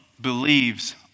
believes